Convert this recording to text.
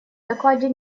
докладе